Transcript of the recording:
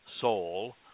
soul